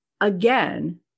again